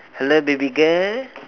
hello baby girl